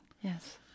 Yes